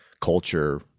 culture